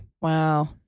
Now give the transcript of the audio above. Wow